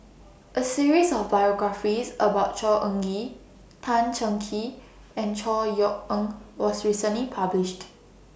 A series of biographies about Khor Ean Ghee Tan Cheng Kee and Chor Yeok Eng was recently published